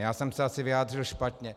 Já jsem se asi vyjádřil špatně.